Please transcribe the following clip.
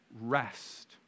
rest